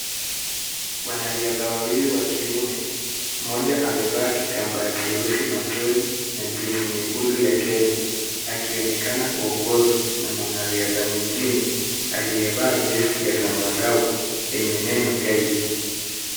Wanariadha wawili wa kiume, mmoja amevaa kitambaa cheusi machoni na jezi nyekundu ya Kenya, akionekana kuongozwa na mwanariadha mwingine, aliyevaa vesti ya zambarau yenye neno guide .